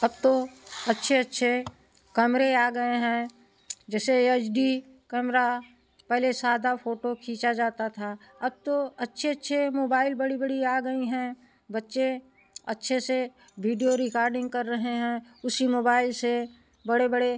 अब तो अच्छे अच्छे कैमरे आ गए हैं जैसे यच डी कैमरा पहले सादा फोटो खींचा जाता था अब तो अच्छे अच्छे मोबाइल बड़ी बड़ी आ गई हैं बच्चे अच्छे से वीडियो रिकाडिंग कर रहे हैं उसी मोबाइल से बड़े बड़े